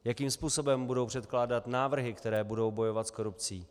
Jakým způsobem budou předkládat návrhy, které budou bojovat s korupcí.